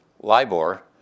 LIBOR